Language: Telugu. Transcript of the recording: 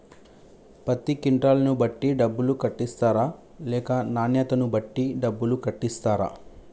పత్తి క్వింటాల్ ను బట్టి డబ్బులు కట్టిస్తరా లేక నాణ్యతను బట్టి డబ్బులు కట్టిస్తారా?